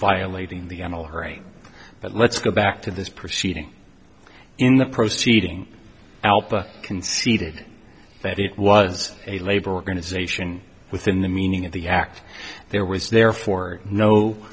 violating the annul her but let's go back to this proceeding in the proceeding alpa conceded that it was a labor organization within the meaning of the act there was therefore no